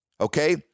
okay